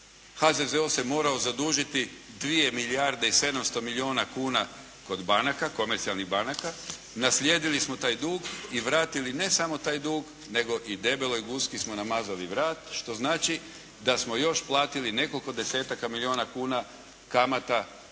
HZZO se morao zadužiti 2 milijarde i 700 milijuna kuna kod banaka, komercijalnih banaka. Naslijedili smo taj dug i vratili ne samo taj dug nego i debeloj guski smo namazali vrat što znači da smo još platili nekoliko desetaka milijuna kuna kamata